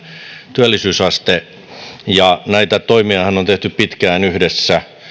työllisyysaste näitä toimiahan on tehty pitkään yhdessä